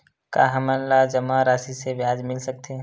का हमन ला जमा राशि से ब्याज मिल सकथे?